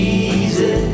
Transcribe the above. easy